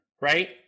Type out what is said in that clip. Right